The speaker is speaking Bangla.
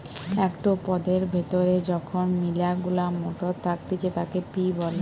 একটো পদের ভেতরে যখন মিলা গুলা মটর থাকতিছে তাকে পি বলে